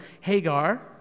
Hagar